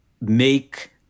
make